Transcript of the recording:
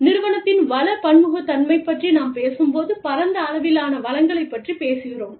நிறுவனத்தின் வள பன்முகத்தன்மை பற்றி நாம் பேசும்போது பரந்த அளவிலான வளங்களைப் பற்றிப் பேசுகிறோம்